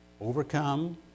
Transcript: overcome